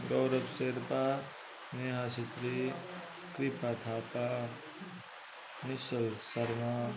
Gaurav Sherpa Neha Chhetri Kripa Thapa Nischal Sharma